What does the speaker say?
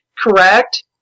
correct